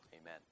Amen